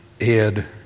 Ed